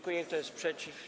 Kto jest przeciw?